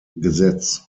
gesetz